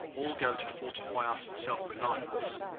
all go to fortify us in self-reliance,